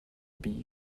bee